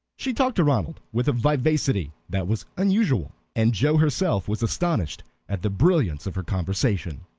she talked to ronald with a vivacity that was unusual, and joe herself was astonished at the brilliance of her conversation.